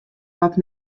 dat